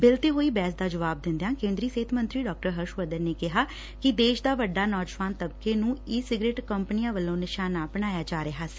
bill ਤੇ ਹੋਈ ਬਹਿਸ ਦਾ ਜਵਾਬ ਦਿਦਿਆਂ ਕੇਂਦਰੀ ਸਿਹਤ ਮੰਤਰੀ ਡਾ ਹਰਸ਼ਵਰਧਨ ਨੇ ਕਿਹਾ ਕਿ ਦੇਸ਼ ਦਾ ਵੱਡਾ ਨੌਜਵਾਨ ਤਬਕੇ ਨੰ ਈ ਸਿਗਰਟ ਕੰਪਨੀਆਂ ਵੱਲੋਂ ਨਿਸਾਨਾ ਬਣਾਇਆ ਜਾ ਰਿਹਾ ਸੀ